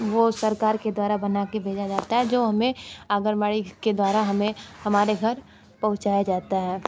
वो सरकार के द्वारा बना के भेजा जाता है जो हमें आंगनबाड़ी के द्वारा हमें हमारे घर पहुँचाया जाता है